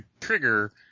trigger